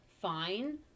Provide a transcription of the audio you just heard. fine